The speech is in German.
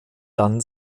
dann